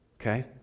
okay